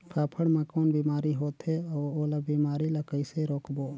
फाफण मा कौन बीमारी होथे अउ ओला बीमारी ला कइसे रोकबो?